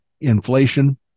inflation